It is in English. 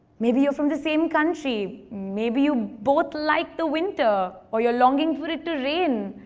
maybe you're from the same country, maybe you both like the winter or you're longing for it to rain.